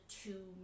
two